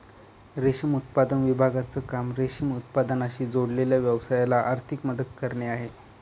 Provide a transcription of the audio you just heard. रेशम उत्पादन विभागाचं काम रेशीम उत्पादनाशी जोडलेल्या व्यवसायाला आर्थिक मदत करणे आहे